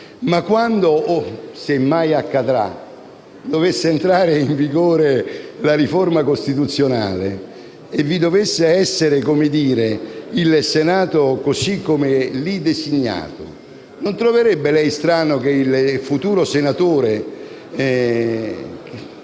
quando, se mai accadrà, dovesse entrare in vigore la riforma costituzionale e vi dovesse essere il Senato così come lì disegnato, non troverebbe lei strano che il futuro senatore